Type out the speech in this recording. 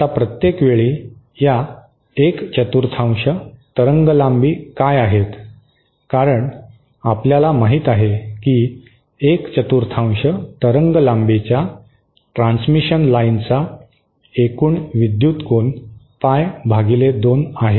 आता प्रत्येक वेळी या एक चतुर्थांश तरंगलांबी काय आहेत कारण आपल्याला माहित आहे की एक चतुर्थांश तरंगलांबीच्या ट्रांसमिशन लाइनचा एकूण विद्युत कोन पाय भागिले दोन आहे